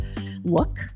look